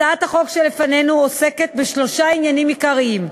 הצעת החוק שלפנינו עוסקת בשלושה עניינים עיקריים: